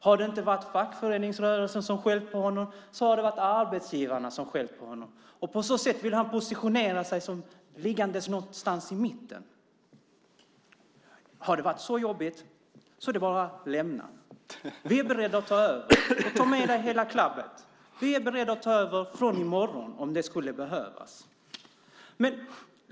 Har det inte varit fackföreningsrörelsen som har skällt på honom så har det varit arbetsgivarna. På så sätt vill han positionera sig som liggandes någonstans i mitten. Har det varit så jobbigt är det bara att lämna. Vi är beredda att ta över. Ta med dig hela klabbet! Vi är beredda att ta över från i morgon om det skulle behövas.